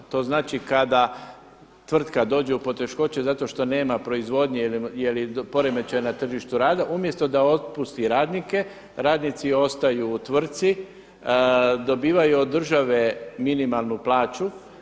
To znači kada tvrtka dođe u poteškoće zato što nema proizvodnje jer je poremećaj na tržištu rada, umjesto da otpusti radnike, radnici ostaju u tvrtki, dobivaju od države minimalnu plaću.